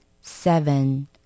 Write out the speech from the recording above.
Seven